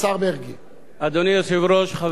אדוני היושב-ראש, חברי חברי הכנסת,